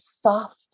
soft